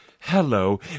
Hello